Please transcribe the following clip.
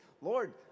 Lord